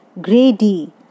Grady